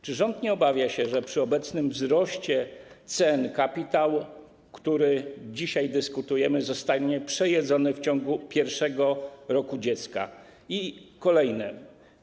Czy rząd nie obawia się, że przy obecnym wzroście cen kapitał, o którym dzisiaj dyskutujemy, zostanie przejedzony w ciągu pierwszego roku życia dziecka?